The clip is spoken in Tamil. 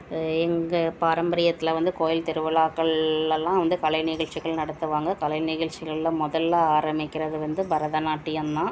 எங்கள் பாரம்பரியத்தில் வந்து கோயில் திருவிழாக்கள்லலாம் வந்து கலை நிகழ்ச்சிகள் நடத்துவாங்க கலை நிகழ்ச்சிகள்ல முதல்ல ஆரம்மிக்கிறது வந்து பரதநாட்டியம் தான்